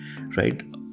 right